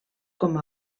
com